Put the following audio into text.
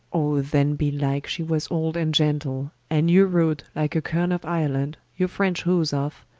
o then belike she was old and gentle, and you rode like a kerne of ireland, your french hose off,